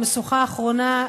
במשוכה האחרונה,